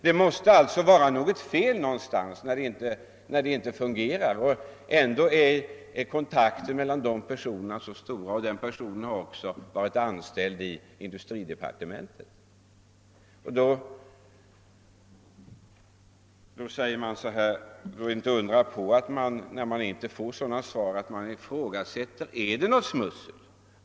Det måste följaktligen vara fel någonstans, när det hela inte fungerar, trots att kontakten mellan nämnda personer är så god. Den man det här gäller har också varit anställd i industridepartementet. När man under sådana förhållanden inte får något svar, är det ju inte underligt att man frågar sig, om det ändå inte försiggår något smussel.